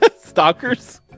stalkers